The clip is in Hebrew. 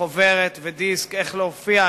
חוברת ודיסק איך להופיע,